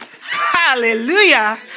Hallelujah